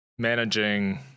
Managing